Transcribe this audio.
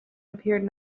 appeared